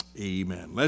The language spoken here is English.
Amen